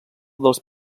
dels